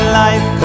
life